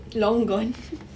long gone